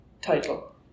title